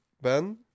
Ben